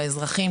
לאזרחים,